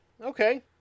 Okay